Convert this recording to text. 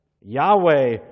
Yahweh